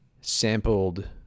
sampled